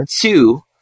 two